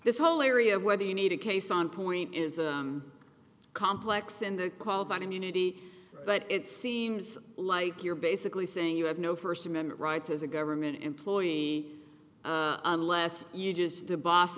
this whole area of whether you need a case on point is a complex in the called an immunity but it seems like you're basically saying you have no first amendment rights as a government employee unless you just the boss